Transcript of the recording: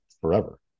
forever